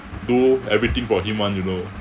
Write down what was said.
do everything for him [one] you know